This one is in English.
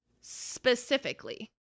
specifically